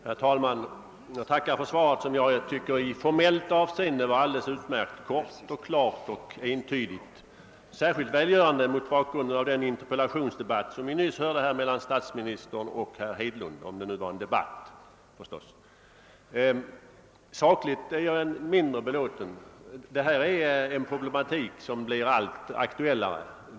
Herr talman! Jag tackar för svaret som i formellt avseende var alldeles utmärkt — kort, klart och entydigt. Det är särskilt välgörande mot bakgrunden av den interpellationsdebatt som vi nyss hörde mellan statsministern och herr Hedlund — om det nu var en debatt förstås. Sakligt är jag mindre belåten. Det rör sig om en problematik som blir allt aktuellare.